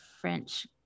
French